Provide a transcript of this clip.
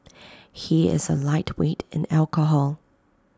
he is A lightweight in alcohol